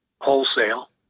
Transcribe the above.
wholesale